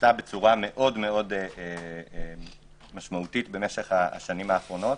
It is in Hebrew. עשתה בצורה מאוד משמעותית במשך השנים האחרונות